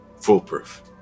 Foolproof